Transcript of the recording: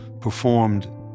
performed